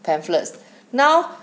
pamphlets now